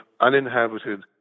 uninhabited